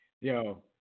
Yo